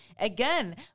again